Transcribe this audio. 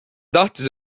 tahtis